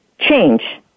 change